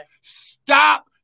stop